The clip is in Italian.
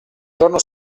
giorno